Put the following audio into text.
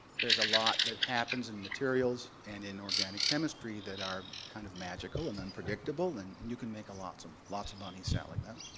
there's a lot that happens in materials and in organic chemistry that are kind of magical and unpredictable, and and you can make lots of lots of money selling them.